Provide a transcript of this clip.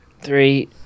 three